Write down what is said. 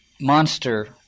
monster